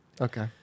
Okay